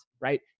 right